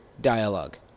dialogue